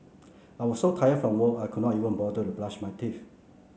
I was so tired from work I could not even bother to brush my teeth